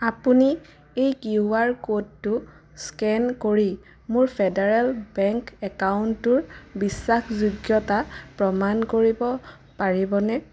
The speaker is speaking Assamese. আপুনি এই কিউ আৰ ক'ডটো স্কেন কৰি মোৰ ফেডাৰেল বেংক একাউণ্টটোৰ বিশ্বাসযোগ্যতা প্ৰমাণ কৰিব পাৰিবনে